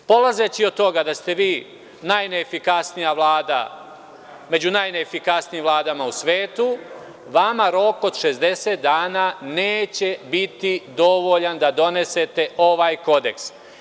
Polazeći od toga da ste vi najneefikasnija Vlada među najneefikasnijim vladama u svetu, vama rok od 60 dana neće biti dovoljan da donesete ovaj kodeks.